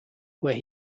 where